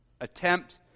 attempt